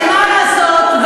מה לעשות,